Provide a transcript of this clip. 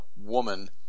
woman